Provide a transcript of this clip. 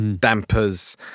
dampers